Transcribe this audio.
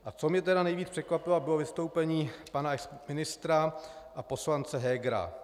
A co mě nejvíc překvapilo, bylo vystoupení pana exministra a poslance Hegera.